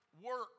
work